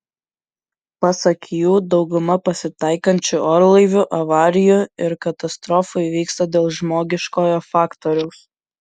pasak jų dauguma pasitaikančių orlaivių avarijų ir katastrofų įvyksta dėl žmogiškojo faktoriaus